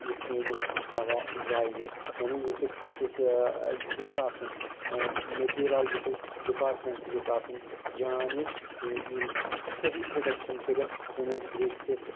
یُتھ نہٕ أمِس دوا ضایہِ گژھِ یعنے ییٚتیُک یُس یہِ یہِ گوٚژھ آسُن میٹیٖرولجکل ڈپاٹمینٹ تہِ گوٚژھ آسُن جان ییٚتہِ یِم صحیح پرڈیٚکشن کٔرتھ أمِس گریٖستِس